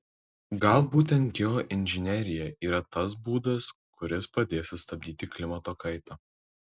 gal būtent geoinžinerija yra tas būdas kuris padės sustabdyti klimato kaitą